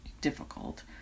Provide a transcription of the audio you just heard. difficult